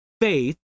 faith